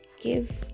give